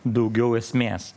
daugiau esmės